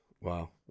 Wow